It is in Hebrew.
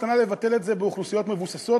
קטנה לבטל את זה באוכלוסיות מבוססות,